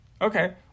Okay